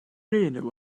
enw